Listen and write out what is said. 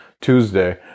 Tuesday